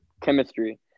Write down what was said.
chemistry